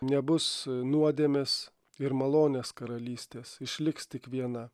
nebus nuodėmės ir malonės karalystės išliks tik viena